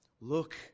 Look